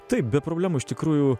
taip be problemų iš tikrųjų